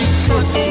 push